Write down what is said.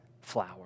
flower